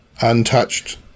untouched